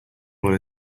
oil